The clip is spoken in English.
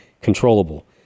controllable